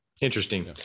Interesting